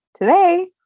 Today